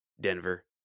Denver